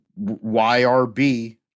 YRB